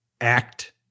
act